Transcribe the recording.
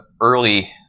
early